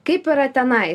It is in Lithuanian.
kaip yra tenais